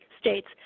States